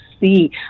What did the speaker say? see